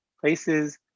places